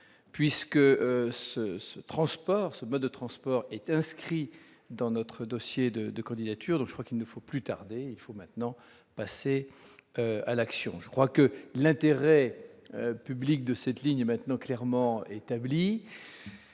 puisque ce ce transport ce mode de transport est inscrit dans notre dossier de de candidature, donc je crois qu'il ne faut plus tarder, il faut maintenant passer à l'action, je crois que l'intérêt public de cette ligne maintenant clairement établi,